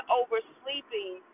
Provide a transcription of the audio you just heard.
oversleeping